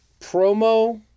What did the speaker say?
promo